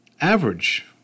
average